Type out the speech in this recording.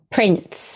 Prince